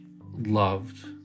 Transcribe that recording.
loved